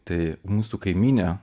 tai mūsų kaimynė